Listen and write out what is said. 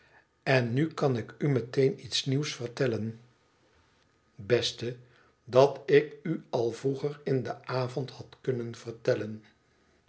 n nu kan ik u meteen iets nieuws vertellen beste dat ik u al vroeger in den avond had kunnen vertellen